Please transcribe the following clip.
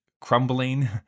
crumbling